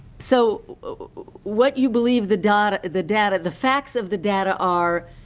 so what you believe the data the data the facts of the data are,